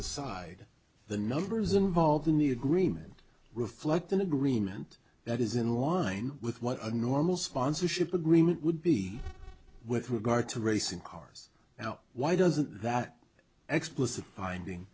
aside the numbers involved in the agreement reflect an agreement that is in line with what a normal sponsorship agreement would be with regard to racing cars now why doesn't that explicit binding